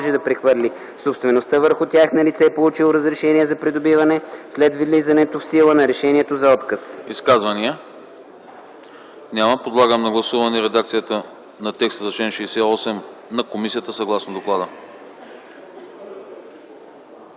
Изказвания? Няма. Подлагам на гласуване редакцията на текста за чл. 85 на комисията съгласно доклада.